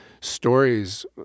stories